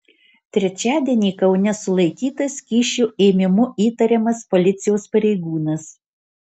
trečiadienį kaune sulaikytas kyšio ėmimu įtariamas policijos pareigūnas